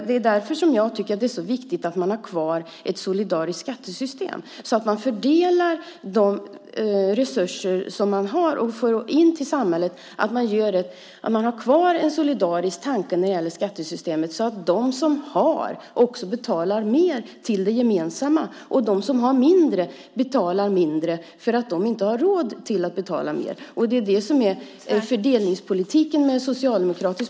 Det är därför jag tycker att det är så viktigt att man har kvar ett solidariskt skattesystem så att man fördelar de resurser som man har och har kvar en solidarisk tanke i skattesystemet så att de som har också betalar mer till det gemensamma och att de som har mindre betalar mindre. Det är det som en socialdemokratisk fördelningspolitik innebär.